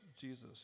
Jesus